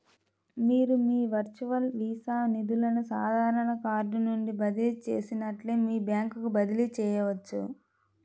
మీరు మీ virtual Visa నిధులను సాధారణ కార్డ్ నుండి బదిలీ చేసినట్లే మీ బ్యాంకుకు బదిలీ చేయవచ్చు